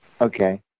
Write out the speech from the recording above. Okay